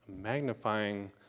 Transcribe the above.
Magnifying